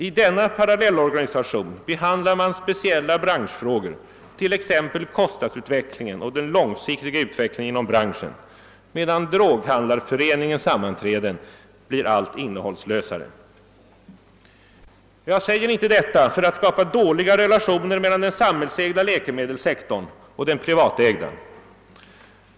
I denna behandlar man speciella branschfrågor, t.ex. kostnadsutvecklingen och den långsiktiga utvecklingen inom branschen, medan Droghandlareföreningens sammanträden blir allt innehållslösare. Jag säger inte detta för att skapa dåliga relationer melian den samhällsägda läkemedelssektorn och den privatägda.